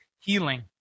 healing